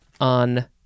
on